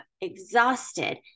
exhausted